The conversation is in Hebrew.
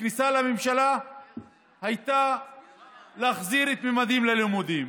לכניסה לממשלה הייתה להחזיר את ממדים ללימודים.